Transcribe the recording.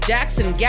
Jackson